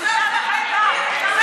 זאת בושה וחרפה.